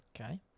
Okay